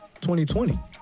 2020